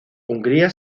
hungría